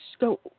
go